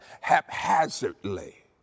haphazardly